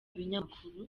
binyamakuru